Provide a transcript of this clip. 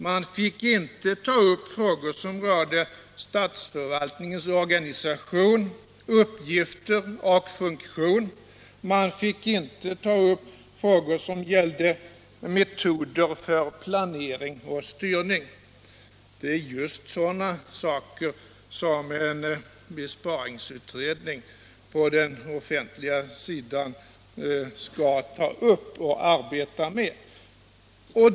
Den fick inte ta upp frågor som rörde statförvaltningens organisation, uppgifter och funktion och inte heller frågor som gällde metoder för planering och styrning. Det är just sådana saker som en besparingsutredning på det offentliga området skall ta upp och arbeta med.